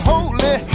Holy